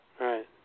Right